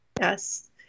Yes